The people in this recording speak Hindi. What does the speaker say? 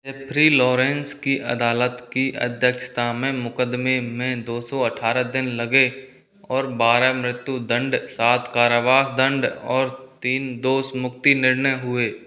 जेफ़्री लॉरेंस की अदालत की अध्यक्षता में मुकदमे में दो सौ अठारह दिन लगे और बारह मृत्यु दंड सात कारावास दंड और तीन दोषमुक्ति निर्णय हुए